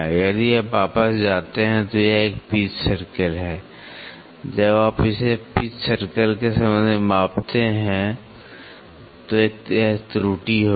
यदि आप वापस जाते हैं तो यह एक पिच सर्कल है जब आप इसे पिच सर्कल के संबंध में मापते हैं तो एक त्रुटि होगी